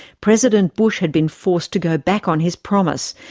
president bush had been forced to go back on his promise,